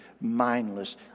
Mindless